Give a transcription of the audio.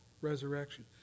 resurrection